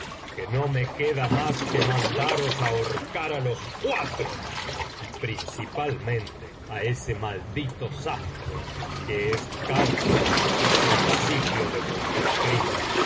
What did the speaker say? que no me queda mas que mandaros ahorcar á los cuatro y principalmente á ese maldito sastre que es causa y principio de vuestro crimen